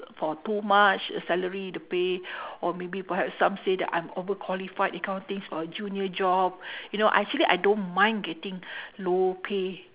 for too much salary the pay or maybe perhaps some say that I'm over qualified that kind of things for a junior job you know actually I don't mind getting low pay